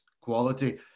quality